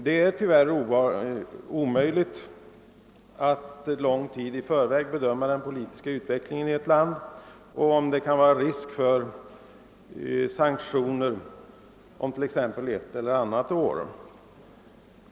Det är tyvärr omöjligt att lång tid i förväg bedöma den. politiska utvecklingen i ett land och om det kan vara risk för sanktioner om ett eller annat år.